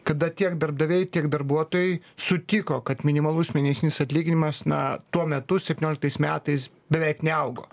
kada tiek darbdaviai tiek darbuotojai sutiko kad minimalus mėnesinis atlyginimas na tuo metu septynioliktais metais beveik neaugo